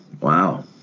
wow